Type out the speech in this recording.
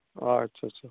ᱟᱪᱪᱷᱟ ᱟᱪᱪᱷᱟ